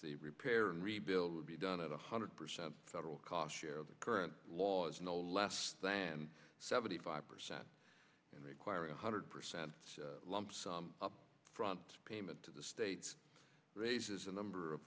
the repair and rebuild would be done at one hundred percent federal cost share of the current laws no less than seventy five percent and require a one hundred percent lump sum up front payment to the state raises a number of